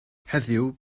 heddiw